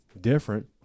different